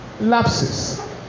lapses